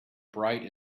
bright